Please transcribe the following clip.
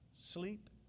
sleep